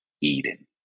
Eden